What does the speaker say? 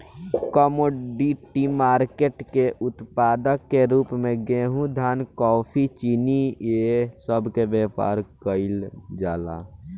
commodity market के उत्पाद के रूप में गेहूं धान कॉफी चीनी ए सब के व्यापार केइल जाला